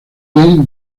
jane